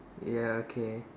ya okay